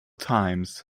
times